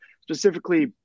specifically